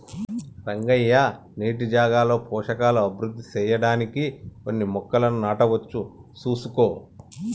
రంగయ్య నీటి జాగాలో పోషకాలు అభివృద్ధి సెయ్యడానికి కొన్ని మొక్కలను నాటవచ్చు సూసుకో